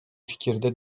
fikirde